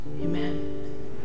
amen